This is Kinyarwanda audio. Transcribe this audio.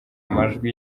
amajwi